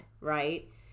Right